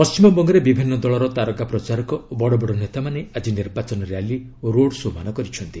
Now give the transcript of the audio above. ପଶ୍ଚିମବଙ୍ଗରେ ବିଭିନ୍ନ ଦଳର ତାରକା ପ୍ରଚାରକ ଓ ବଡ଼ବଡ଼ ନେତାମାନେ ଆଜି ନିର୍ବାଚନ ର୍ୟାଲି ଓ ରୋଡ୍ ଶୋ'ମାନ କରିଛନ୍ତି